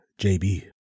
JB